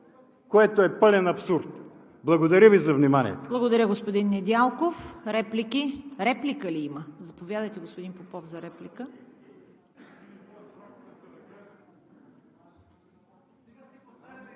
което е пълен абсурд. Благодаря Ви за вниманието.